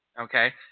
okay